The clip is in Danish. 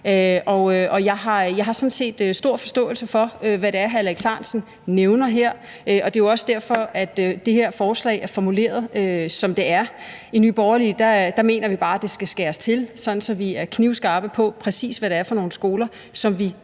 set stor forståelse for, hvad det er, hr. Alex Ahrendtsen nævner her, og det er jo også derfor, at det her forslag er formuleret, som det er. I Nye Borgerlige mener vi bare, at det skal skæres til, sådan at vi er knivskarpe på, præcis hvad det er for nogle skoler, som vi